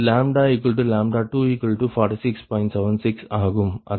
76 ஆகும் அதாவது 0